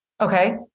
Okay